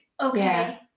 Okay